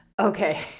Okay